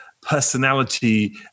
personality